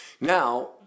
Now